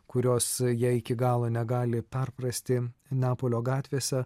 kurios jie iki galo negali perprasti neapolio gatvėse